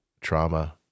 trauma